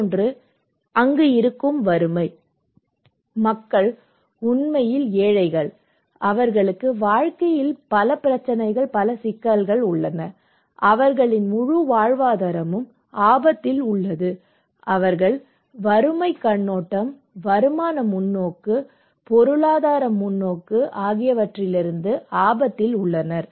மற்றொன்று இருக்கும் வறுமை மக்கள் உண்மையில் ஏழைகள் அவர்களுக்கு வாழ்க்கையில் பல சிக்கல்கள் உள்ளன அவர்களின் முழு வாழ்வாதாரமும் ஆபத்தில் உள்ளது அவர்கள் வறுமைக் கண்ணோட்டம் வருமான முன்னோக்கு பொருளாதார முன்னோக்கு ஆகியவற்றிலிருந்து ஆபத்தில் உள்ளனர்